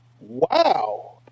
Wow